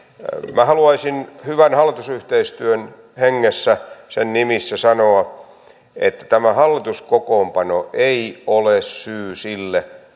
minä haluaisin hyvän hallitusyhteistyön hengessä sen nimissä sanoa että tämä hallituskokoonpano ei ole syy sille